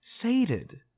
sated